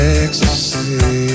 ecstasy